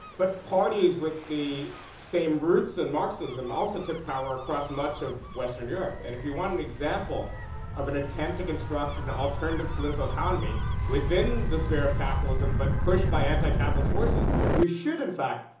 but parties with the same roots in marxism also took power across much of western europe. and if you want an example of an attempt to construct and an alternative political economy within the sphere of capitalism, but pushed by anti-capitalist forces, you should, in fact,